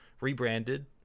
rebranded